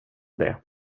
det